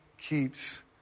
keeps